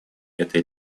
этой